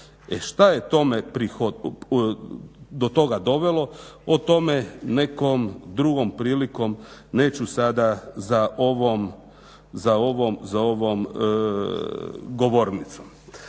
šta je do toga dovelo? O tome nekom drugom prilikom, neću sada za ovom govornicom.